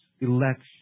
election